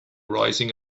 rising